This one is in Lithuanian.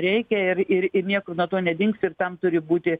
reikia ir ir ir niekur nuo to nedingsi ir tam turi būti